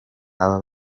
aba